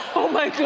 oh my